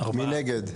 מי נגד?